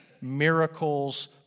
miracles